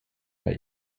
bei